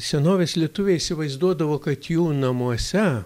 senovės lietuviai įsivaizduodavo kad jų namuose